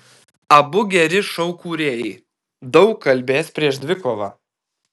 abu geri šou kūrėjai daug kalbės prieš dvikovą